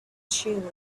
true